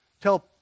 tell